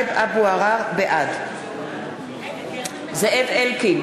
בעד זאב אלקין,